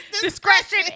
Discretion